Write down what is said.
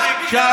לנכים,